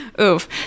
oof